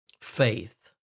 faith